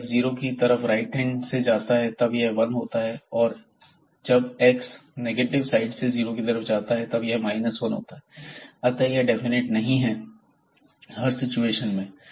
जब x zero की तरफ राइट हैंड से जाता है तब यह 1 होता है और जब x नेगेटिव साइड से जीरो की तरफ जाता है तो यह 1 होता है अतः यह डेफिनेट नहीं है हर सिचुएशन में